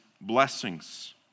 blessings